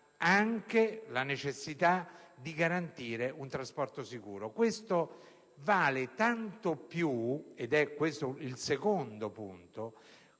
della necessità di garantire un trasporto sicuro. Questo vale tanto più - e questo è il secondo elemento